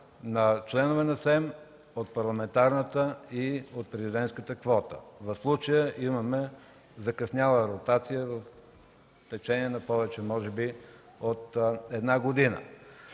на членове на СЕМ от парламентарната и от президентската квота. В случая имаме закъсняла ротация в течение може би на повече от една година.